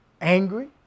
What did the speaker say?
angry